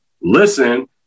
listen